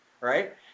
right